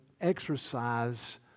exercise